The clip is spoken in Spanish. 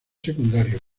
secundarios